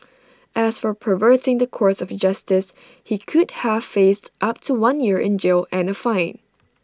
as for perverting the course of justice he could have faced up to one year in jail and A fine